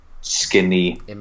Skinny